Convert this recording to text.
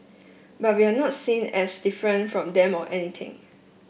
but we're not seen as different from them or anything